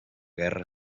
guerra